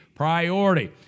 Priority